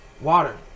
Water